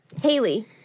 Haley